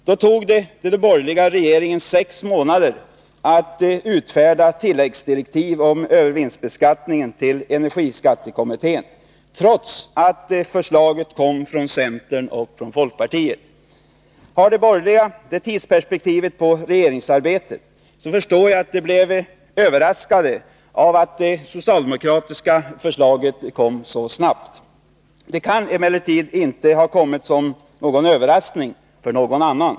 Då tog det den borgerliga regeringen sex månader att utfärda tilläggsdirektiv om övervinstbeskattningen till energiskattekommittén — trots att förslaget kom från centern och folkpartiet. Har de borgerliga det tidsperspektivet på regeringsarbetet, förstår jag att de blev överraskade av att det socialdemokratiska förslaget kom så snabbt. Det kan emellertid inte ha kommit som en överraskning för någon annan.